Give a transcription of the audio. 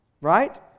Right